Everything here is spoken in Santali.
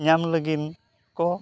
ᱧᱟᱢ ᱞᱟᱹᱜᱤᱫ ᱠᱚ